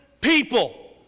people